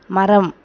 மரம்